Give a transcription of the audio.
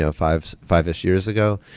ah five-ish five-ish years ago.